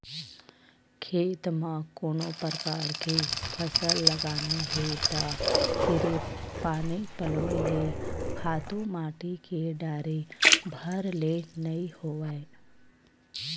खेत म कोनो परकार के फसल लगाना हे त सिरिफ पानी पलोय ले, खातू माटी के डारे भर ले नइ होवय